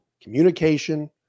communication